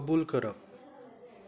कबूल करप